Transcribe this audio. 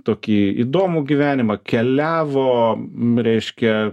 tokį įdomų gyvenimą keliavo reiškia